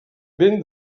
ben